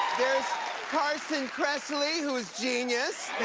carson kressley, who is genius.